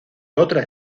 otras